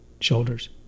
shoulders